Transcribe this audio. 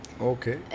okay